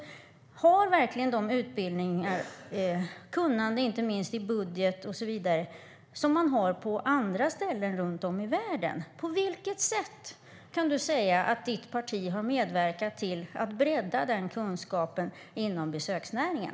Har verkligen de utbildningarna kunnande i inte minst budget och så vidare som man har på andra ställen runt om i världen? På vilket sätt kan Anna-Caren Sätherberg säga att hennes parti har medverkat till att bredda den kunskapen inom besöksnäringen?